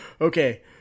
okay